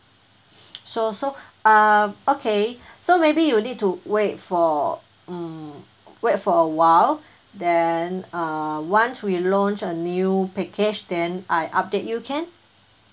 so so uh okay so maybe you need to wait for mm wait for awhile then uh once we launch a new package then I update you can